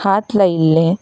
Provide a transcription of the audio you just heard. हात लायिल्लें